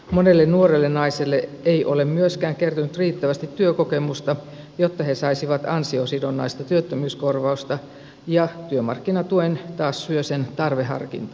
monelle nuorelle naiselle ei ole myöskään kertynyt riittävästi työkokemusta jotta he saisivat ansiosidonnaista työttömyyskorvausta ja työmarkkinatuen taas syö sen tarveharkinta